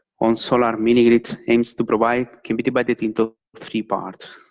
on solar mini-grids aims to provide can be divided into three parts.